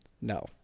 No